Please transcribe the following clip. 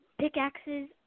pickaxes